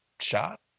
shot